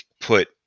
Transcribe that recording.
put